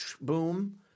boom